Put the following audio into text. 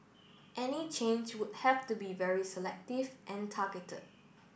any change would have to be very selective and targeted